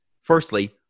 Firstly